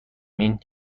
این